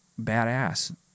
badass